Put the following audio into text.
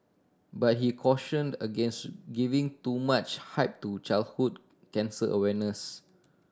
but he cautioned against giving too much hype to childhood cancer awareness